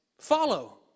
follow